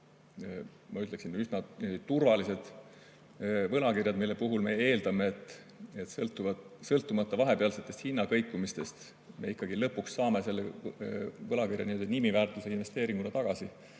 ma ütleksin, üsna turvalised võlakirjad, mille puhul me eeldame, et sõltumata vahepealsetest hinnakõikumistest me ikkagi lõpuks saame selle võlakirja nimiväärtusega investeeringuna tagasi,